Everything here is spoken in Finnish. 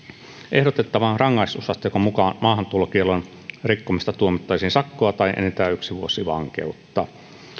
ehdotettavan rangaistusasteikon mukaan maahantulokiellon rikkomisesta tuomittaisiin sakkoa tai enintään yksi vuosi vankeutta